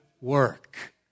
work